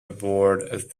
aboard